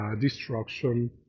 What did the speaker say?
destruction